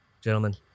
Gentlemen